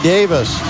Davis